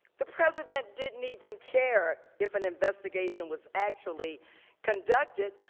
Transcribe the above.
the president didn't even care if an investigation was actually conducted.